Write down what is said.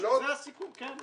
--- זה הסיכום, כן.